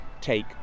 take